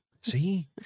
See